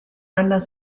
anders